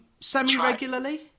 semi-regularly